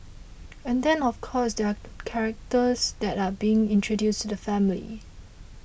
and then of course there are characters that are being introduced to the family